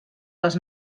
les